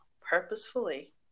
purposefully